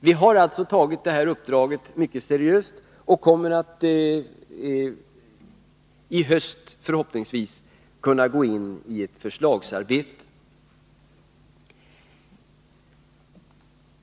Vi har tagit uppdraget mycket seriöst och kommer förhoppningsvis att i höst kunna gå in i ett förslagsarbete.